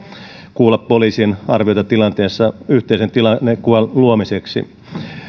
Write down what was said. kuulla poliisin arviota tilanteesta yhteisen tilannekuvan luomiseksi